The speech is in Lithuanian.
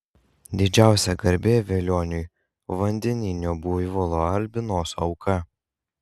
didžiausia garbė velioniui vandeninio buivolo albinoso auka